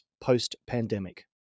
post-pandemic